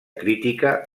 crítica